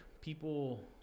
people